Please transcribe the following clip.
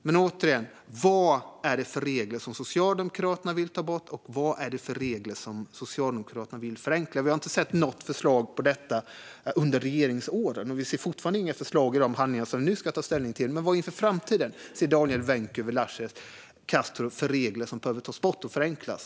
Men vilka regler vill Socialdemokraterna ta bort, och vilka regler vill Socialdemokraterna förenkla? Vi har inte sett något förslag på detta under regeringsåren, och vi ser fortfarande inte några förslag i de handlingar som vi nu ska ta ställning till. Men vad ser Daniel Vencu Velasquez Castro inför framtiden för regler som behöver tas bort eller förenklas?